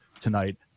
tonight